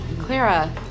Clara